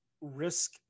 risk